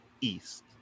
East